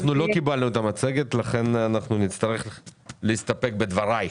לא קיבלנו את המצגת ולכן נצטרך להסתפק בדבריך.